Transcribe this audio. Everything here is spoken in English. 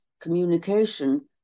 communication